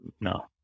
no